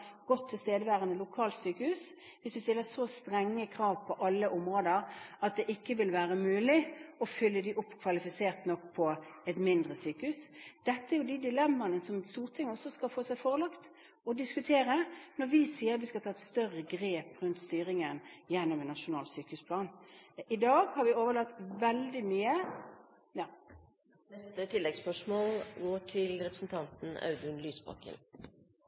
tilstedeværende lokalsykehus – at vi stiller så strenge krav på alle områder at det ikke vil være mulig å fylle opp med nok kvalifiserte på et mindre sykehus. Dette er de dilemmaene som Stortinget skal få seg forelagt å diskutere når vi sier at vi skal ta et større grep rundt styringen gjennom en nasjonal sykehusplan. I dag har vi overlatt veldig mye … Det er bare å ønske statsministeren lykke til